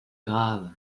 grave